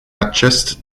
acest